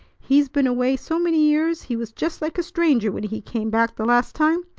he's been away so many years he was just like a stranger when he came back the last time,